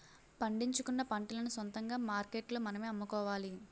పండించుకున్న పంటలను సొంతంగా మార్కెట్లో మనమే అమ్ముకోవాలి